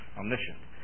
omniscient